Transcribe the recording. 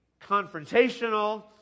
confrontational